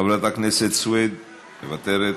חברת הכנסת סויד, מוותרת,